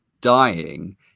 dying